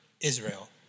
Israel